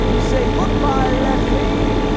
say goodbye leslie.